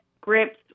grips